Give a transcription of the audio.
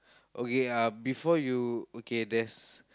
okay uh before you okay there's